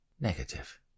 negative